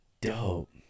dope